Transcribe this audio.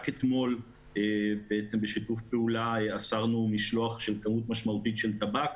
רק אתמול בשיתוף פעולה אסרנו משלוח של כמות משמעותית של טבק,